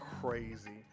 crazy